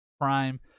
prime